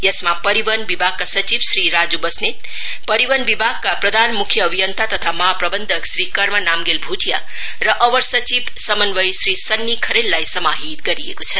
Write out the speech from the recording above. यसमा परिवहन विभागका सचिव श्री राज् बस्नेत परिवहन विभागका प्रधान मुख्य अभियन्ता तथा महा प्रवन्धक श्री कर्मा नामग्याल भुटिया र अवर सचिव समन्वय श्री सन्नी खरेललाई समाहित गरिएको छ